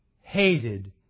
hated